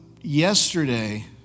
yesterday